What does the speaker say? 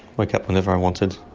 wake up whenever i wanted,